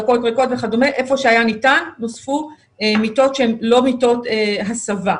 איפה שהיה ניתן, נוספו מיטות שהן לא מיטות הסבה.